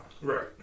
Right